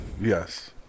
Yes